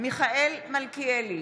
מיכאל מלכיאלי,